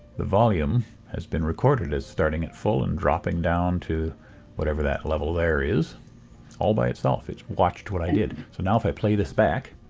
the volume has been recorded as starting at full and dropping down to whatever that level there is all by itself. it watched what i did. so now if i play this back.